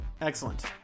Excellent